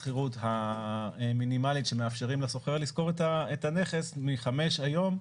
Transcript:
השכירות המינימלית שמאפשרים לשוכר לשכור את הנכס מחמש היום,